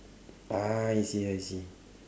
ah I see I see